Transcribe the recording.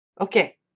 Okay